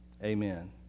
Amen